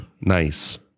Nice